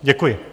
Děkuji.